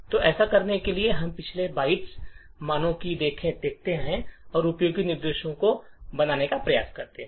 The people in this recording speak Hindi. तो ऐसा करने के लिए हम पिछले बाइट मानों को देखते हैं और उपयोगी निर्देश बनाने का प्रयास करते हैं